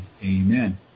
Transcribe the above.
amen